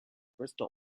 bristol